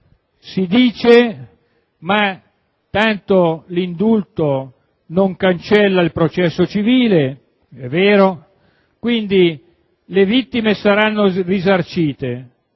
Si afferma che l'indulto non cancella il processo civile e che, quindi, le vittime saranno risarcite.